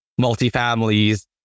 multifamilies